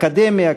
אקדמיה,